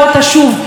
הס,